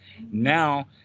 now